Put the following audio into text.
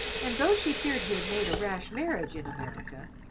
and though she feared he had made a rash marriage in america,